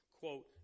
Quote